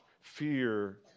fear